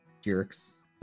jerks